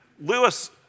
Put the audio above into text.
Lewis